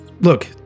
look